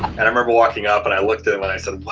and i remember walking up and i looked at him and i said,